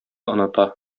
оныта